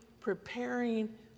preparing